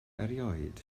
erioed